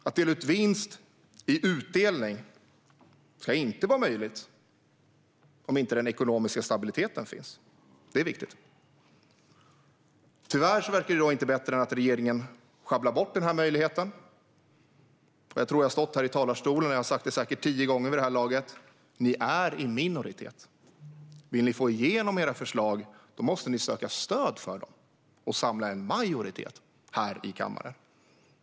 Att dela ut vinst ska inte vara möjligt om inte den ekonomiska stabiliteten finns. Det är viktigt. Tyvärr verkar det inte bättre än att regeringen sjabblar bort den här möjligheten. Jag tror att jag har stått här i talarstolen och sagt det säkert tio gånger vid det här laget: Ni är i minoritet. Vill ni få igenom era förslag måste ni söka stöd och samla en majoritet för dem här i kammaren.